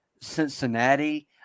Cincinnati